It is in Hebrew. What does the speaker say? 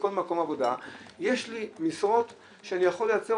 בכל מקום עבודה יש לי משרות שאני יכול לייצר